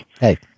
Hey